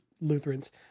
lutherans